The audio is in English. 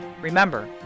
Remember